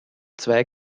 zwei